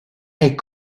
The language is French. est